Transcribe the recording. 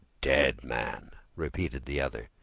dead man repeated the other.